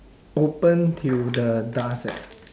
open till the dusk eh